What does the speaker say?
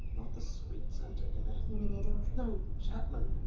not the sweets, antigone. you mean the adultery? no chapman!